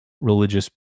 religious